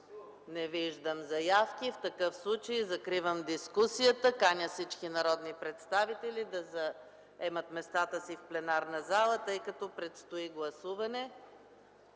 Не виждам заявки. Закривам дискусията. Каня всички народни представители да заемат местата си в пленарната зала, тъй като предстои гласуване